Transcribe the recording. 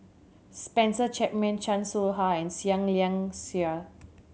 Spencer Chapman Chan Soh Ha and Seah Liang Seah